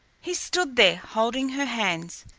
he stood there, holding her hands.